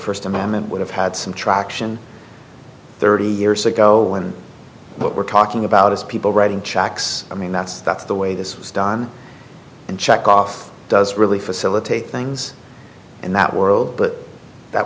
first amendment would have had some traction thirty years ago when what we're talking about is people writing checks i mean that's that's the way this was done and checked off does really facilitate things in that world but that